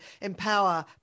empower